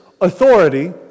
authority